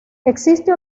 existe